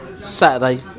Saturday